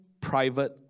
private